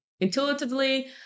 Intuitively